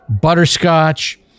butterscotch